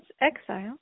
exile